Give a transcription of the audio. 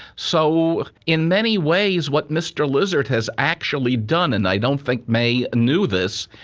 so in many ways what mr lizard has actually done, and i don't think may knew this,